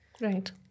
Right